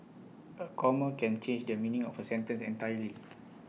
A comma can change the meaning of A sentence entirely